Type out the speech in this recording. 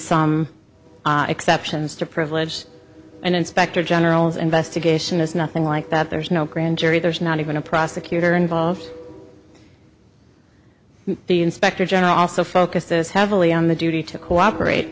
some exceptions to privilege an inspector general's investigation is nothing like that there's no grand jury there's not even a prosecutor involved the inspector general also focuses heavily on the duty to cooperate